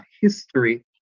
history